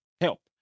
help